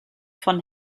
von